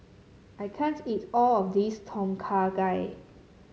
I can't eat all of this Tom Kha Gai